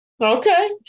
Okay